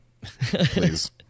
Please